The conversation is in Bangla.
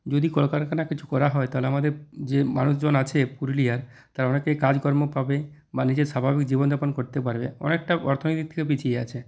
যদি কল কারখানা কিছু করা হয় তাহলে আমদের যে মানুষজন আছে পুরুলিয়ার তারা অনেকেই কাজকর্ম পাবে বা নিজের স্বাভাবিক জীবনযাপন করতে পারবে অনেকটা অর্থনীতির থেকে পিছিয়ে আছে